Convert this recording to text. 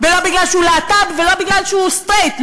ולא כי הוא להט"ב ולא בגלל שהוא סטרייט,